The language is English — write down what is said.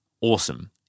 Awesome